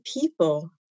people